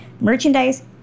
merchandise